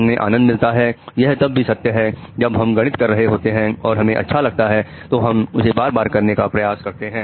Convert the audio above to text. हमें आनंद मिलता है यह तब भी सत्य है जब हम गणित कर रहे होते हैं और हमें अच्छा लगता है तो हम उसे बार बार करने का प्रयास करते हैं